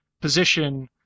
position